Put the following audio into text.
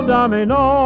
Domino